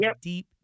deep